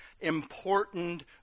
important